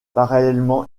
parallèlement